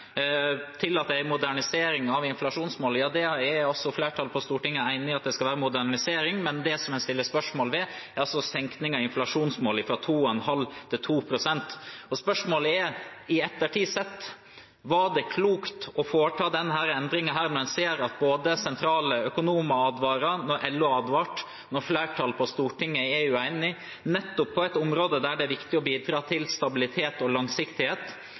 Tillater en en modernisering av inflasjonsmålet? Ja, flertallet på Stortinget er enig i at det skal være en modernisering, men det en stiller spørsmål ved, er senkningen av inflasjonsmålet fra 2,5 pst. til 2 pst. Spørsmålet er: Sett i ettertid – var det klokt å foreta denne endringen når en ser at både sentrale økonomer og LO advarer, når flertallet på Stortinget er uenig, nettopp på et område der det er viktig å bidra til stabilitet og langsiktighet?